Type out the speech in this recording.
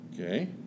Okay